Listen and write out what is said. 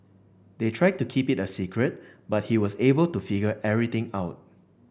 they tried to keep it a secret but he was able to figure everything out